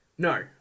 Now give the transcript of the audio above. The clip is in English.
No